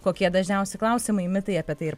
kokie dažniausi klausimai mitai apie tai ir